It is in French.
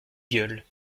gueule